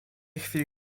chwili